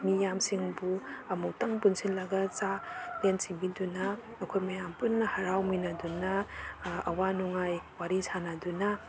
ꯃꯤꯌꯥꯝꯁꯤꯡꯕꯨ ꯑꯃꯨꯛꯇꯪ ꯄꯨꯟꯁꯤꯜꯂꯒ ꯆꯥꯛꯂꯦꯟ ꯁꯤꯟꯕꯤꯗꯨꯅ ꯑꯩꯈꯣꯏ ꯃꯌꯥꯝ ꯄꯨꯟꯅ ꯍꯥꯔꯥꯎꯃꯤꯟꯅꯗꯨꯅ ꯑꯋꯥ ꯅꯨꯡꯉꯥꯏ ꯋꯥꯔꯤ ꯁꯥꯟꯅꯗꯨꯅ